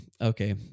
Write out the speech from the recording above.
okay